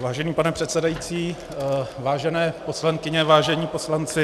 Vážený pane předsedající, vážené poslankyně, vážení poslanci